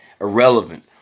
irrelevant